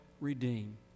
redeem